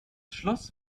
schloss